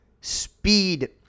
speed